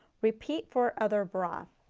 repeat for other bra.